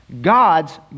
God's